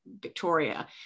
Victoria